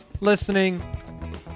listening